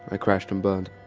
i crashed and burned.